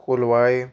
Colvale